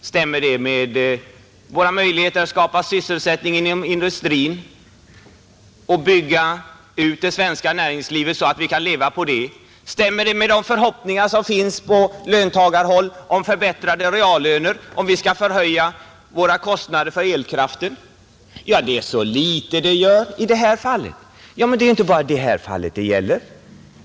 Stämmer det med våra strävanden att skapa sysselsättning inom industrin och bygga ut det svenska näringslivet så att vi kan leva på det? Stämmer en höjning av våra kostnader för elkraften med de förhoppningar som finns på löntagarhåll om förbättrade reallöner? Ja, det är så litet det här fallet betyder. Men det är inte bara detta det gäller.